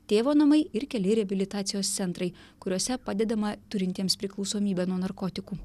tėvo namai ir keli reabilitacijos centrai kuriuose padedama turintiems priklausomybę nuo narkotikų